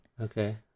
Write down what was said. okay